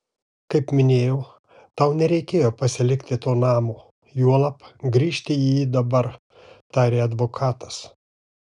kaip minėjau tau nereikėjo pasilikti to namo juolab grįžti į jį dabar tarė advokatas